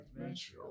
adventure